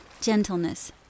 gentleness